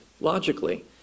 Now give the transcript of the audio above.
logically